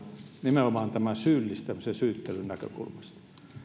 nimenomaan tämän syyllistämisen ja syyttelyn näkökulmasta